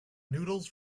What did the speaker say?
noodles